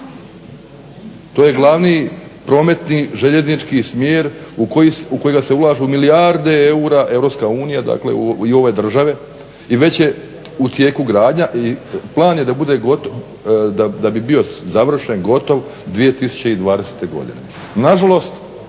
To je glavni prometni željeznički smjer u kojega se ulažu milijarde eura Europska unija i ove države i već je u tijeku gradnja i plan je da bi bio završen, gotov 2020. godine.